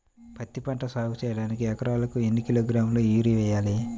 పత్తిపంట సాగు చేయడానికి ఎకరాలకు ఎన్ని కిలోగ్రాముల యూరియా వేయాలి?